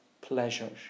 pleasures